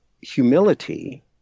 humility